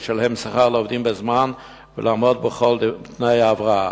לשלם לעובדים שכר בזמן ולעמוד בכל תנאי ההבראה.